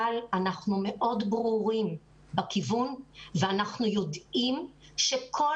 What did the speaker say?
אבל אנחנו מאוד ברורים בכיוון ואנחנו יודעים שכל